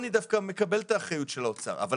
מקבל את נטיית האוצר לנהוג באחריות.